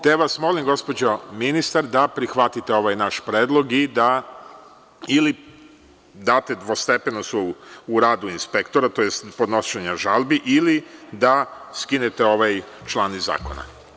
Te vas molim gospođo ministar da prihvatite ovaj naš predlog i da ili date dvostepenost u radu inspektora tj. podnošenja žalbi ili da skinete ovaj član iz zakona.